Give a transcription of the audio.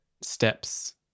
steps